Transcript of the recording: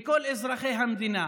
לכל אזרחי המדינה,